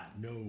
No